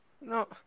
No